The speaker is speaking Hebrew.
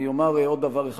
אני אומר עוד דבר אחד.